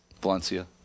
Valencia